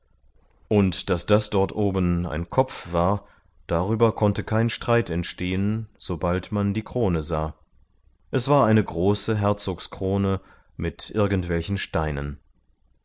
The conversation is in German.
und daß das dort oben ein kopf war darüber konnte kein streit entstehen sobald man die krone sah es war eine große herzogs krone mit irgendwelchen steinen